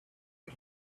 but